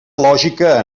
lògica